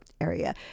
area